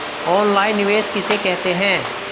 Online निवेश किसे कहते हैं?